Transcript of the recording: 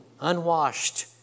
unwashed